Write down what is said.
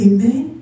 Amen